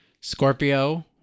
Scorpio